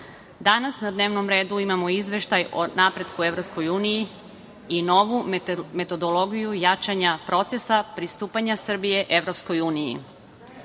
danas na dnevnom redu imamo Izveštaj o napretku u EU i novu metodologiju jačanja procesa pristupanja Srbije